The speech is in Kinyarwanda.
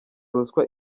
ruswa